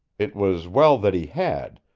it was well that he had,